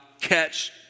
Catch